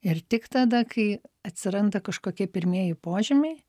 ir tik tada kai atsiranda kažkokie pirmieji požymiai